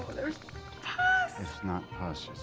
there's pus! it's not pus.